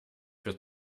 für